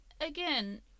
again